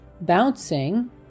bouncing